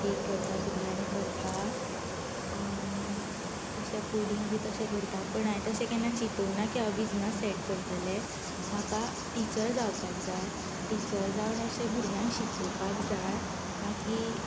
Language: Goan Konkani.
कॅक करता बिर्यांनी करता आनी अशें पुडिंग बी तशेंं करता पूण हांवें तशें केन्ना चिंतूक ना की हांव बिझनस सेट करतलें म्हाका टिचर जावपाक जाय टिचर जावन अशें भुरग्यांक शिकोवपाक जाय ना की